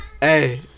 Hey